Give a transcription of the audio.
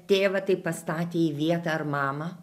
tėvą taip pastatė į vietą ar mamą